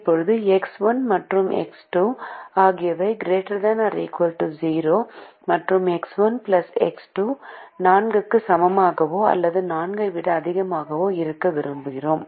இப்போது எக்ஸ் 1 மற்றும் எக்ஸ் 2 ஆகியவை ≥ 0 மற்றும் எக்ஸ் 1 எக்ஸ் 2 4 க்கு சமமாகவோ அல்லது 4 ஐ விட அதிகமாகவோ இருக்க விரும்புகிறோம்